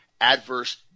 adverse